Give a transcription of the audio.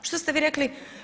Što ste vi rekli?